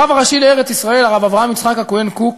הרב הראשי לארץ-ישראל, הרב אברהם יצחק הכהן קוק,